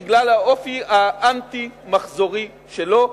בגלל האופי האנטי-מחזורי שלו,